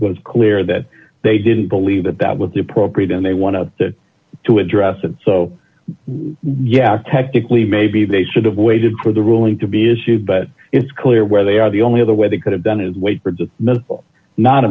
was clear that they didn't believe that that would be appropriate and they want to to address it so yes technically maybe they should have waited for the ruling to be issued but it's clear where they are the only other way they could have done is wait for dismissal not